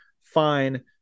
fine